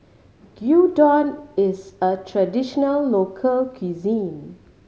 gyudon is a traditional local cuisine